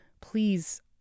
Please